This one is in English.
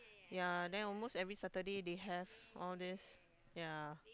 ya then almost every Saturday they have all these